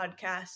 podcast